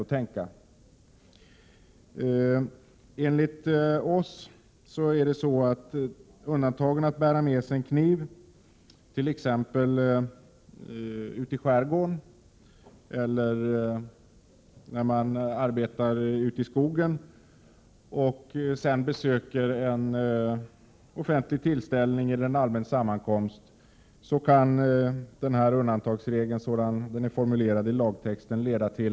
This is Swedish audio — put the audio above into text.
Som lagtexten är formulerad kan den innebära att man blir gripen av polisen, om man t.ex. direkt efter att ha arbetat i skogen, eller efter att ha varit ute i skärgården, besöker en offentlig tillställning eller allmän sammankomst och då fortfarande har kniv på sig.